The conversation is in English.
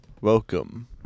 Welcome